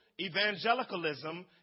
evangelicalism